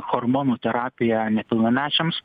hormonų terapiją nepilnamečiams